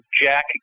Jack